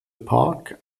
park